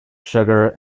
sugar